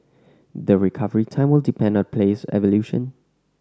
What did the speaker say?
the recovery time will depend on the player's evolution